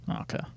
okay